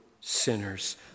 sinners